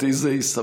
אותי זה יסבך.